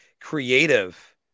creative